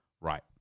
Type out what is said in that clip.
right